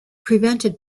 prevented